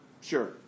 Sure